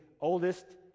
oldest